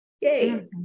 Yay